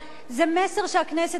זה מסר שהכנסת אומרת,